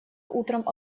утром